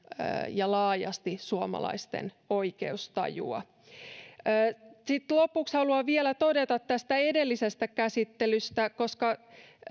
ja laajasti suomalaisten oikeustajua lopuksi haluan vielä todeta tästä edellisestä käsittelystä koska